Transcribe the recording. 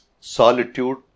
solitude